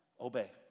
obey